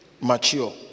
mature